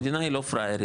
המדינה לא פראיירית.